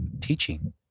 teaching